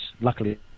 luckily